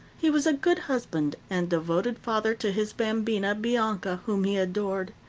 he was a good husband and devoted father to his bambina, bianca, whom he adored.